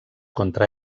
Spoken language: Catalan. contra